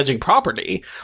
property